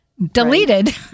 deleted